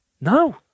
No